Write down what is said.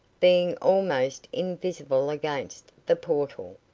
being almost invisible against the portal,